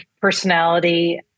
personality